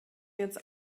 jetzt